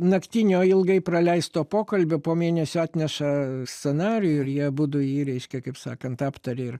naktinio ilgai praleisto pokalbio po mėnesio atneša scenarijų ir jie abudu jį reiškia kaip sakant aptaria ir